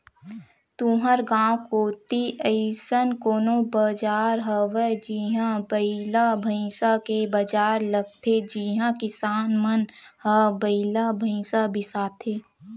तुँहर गाँव कोती अइसन कोनो बजार हवय जिहां बइला भइसा के बजार लगथे जिहां किसान मन ह बइला भइसा बिसाथे